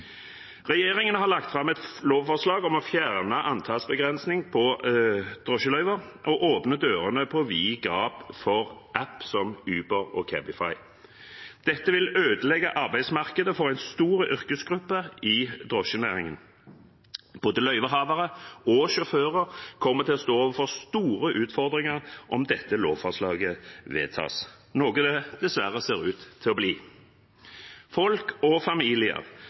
Regjeringen har lagt fram et lovforslag om å fjerne antallsbegrensning på drosjeløyver og åpne dørene på vidt gap for apper som Uber og Cabify. Dette vil ødelegge arbeidsmarkedet for en stor yrkesgruppe i drosjenæringen. Både løyvehavere og sjåfører kommer til å stå overfor store utfordringer om dette lovforslaget vedtas, noe det dessverre ser ut til å bli. Folk og familier